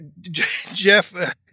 Jeff